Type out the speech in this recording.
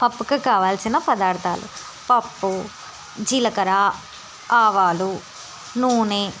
పప్పుకు కావాల్సిన పదార్థాలు పప్పు జీలకర్ర ఆవాలు నూనె